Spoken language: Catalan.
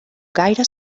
gaire